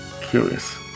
Curious